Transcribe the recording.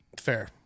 Fair